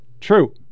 true